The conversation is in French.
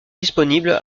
disponible